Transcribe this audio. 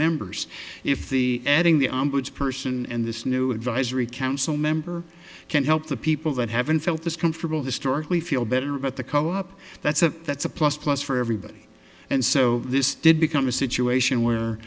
members if the adding the ombudsman person and this new advisory council member can help the people that haven't felt this comfortable historically feel better about the co op that's a that's a plus plus for everybody and so this did become a situation